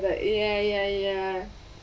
~ther ya ya ya